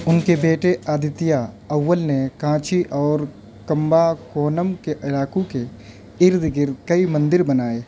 ان کے بیٹے آدتیہ اول نے کانچی اور کمبا کونم کے علاقوں کے ارد گرد کئی مندر بنائے